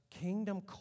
Kingdom